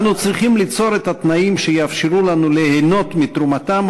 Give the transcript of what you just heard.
אנו צריכים ליצור את התנאים שיאפשרו לנו ליהנות מתרומתם